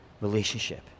relationship